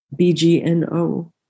BGNO